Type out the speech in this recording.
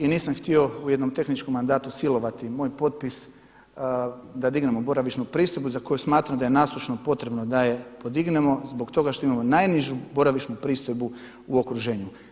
I nisam htio u jednom tehničkom mandatu silovati moj potpis da dignemo boravišnu pristojbu za koju smatram da je nasušno potrebno da je podignemo zbog toga što imamo najnižu boravišnu pristojbu u okruženju.